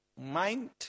mind